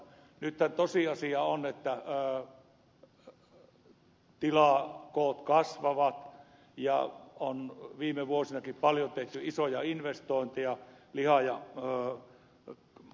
nythän tosiasia on että tilakoot kasvavat ja viime vuosinakin on tehty paljon isoja investointeja lihakarja ja jo olla totta